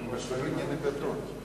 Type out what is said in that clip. לוועדת הפנים והגנת הסביבה נתקבלה.